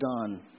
done